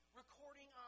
recording